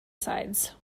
sides